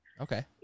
Okay